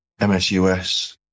MSUS